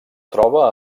troba